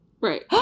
Right